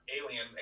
Alien